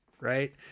right